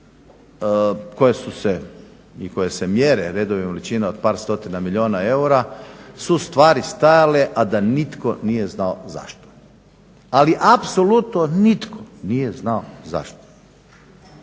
koje su se, koje se mjere redovima veličina od par stotina milijuna eura su u stvari stajale a da nitko nije znao zašto. Ali apsolutno nitko nije znao zašto.